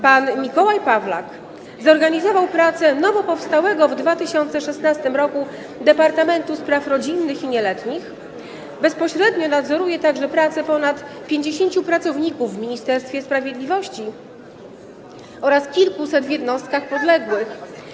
Pan Mikołaj Pawlak zorganizował pracę nowo powstałego w 2016 r. Departamentu Spraw Rodzinnych i Nieletnich, bezpośrednio nadzoruje także prace ponad 50 pracowników w Ministerstwie Sprawiedliwości oraz w kilkuset jednostkach podległych.